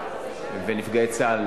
ונפגעי צה"ל,